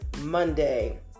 Monday